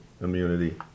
immunity